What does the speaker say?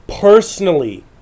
personally